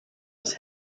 was